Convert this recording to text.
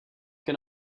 can